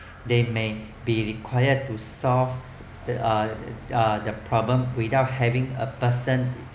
they may be required to solve the are uh the problem without having a person